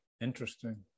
Interesting